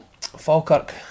Falkirk